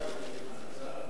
ועדת החוקה בכנסת הזאת ביקרה